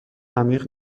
عمیق